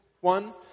one